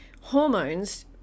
hormones